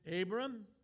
Abram